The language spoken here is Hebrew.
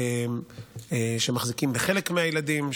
שמחזיקים בחלק מהילדים,